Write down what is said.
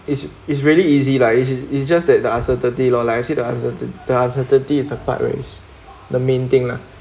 it's it's really easy lah it's it's just that the uncertainty lor like I say the uncertain the uncertainty is the part whilst the main thing lah